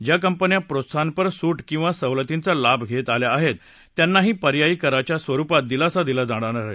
ज्या कंपन्या प्रोत्साहनपर सूट किंवा सवलतींचा लाभ घेत आल्या आहेत त्यांनाही पर्यायी कराच्या स्वरुपात दिलासा दिला जात आहे